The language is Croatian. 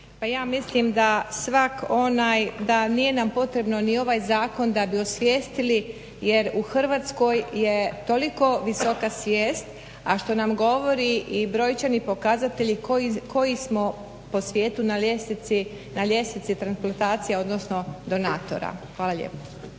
da svak onaj da nije nam potrebno ni ovaj zakon da bi osvijestili jer u Hrvatskoj je toliko visoka svijest a što nam govori i brojčani pokazatelji koji smo po svijetu na ljestvici transplantacija odnosno donatora. Hvala lijepo.